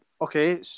okay